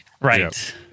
right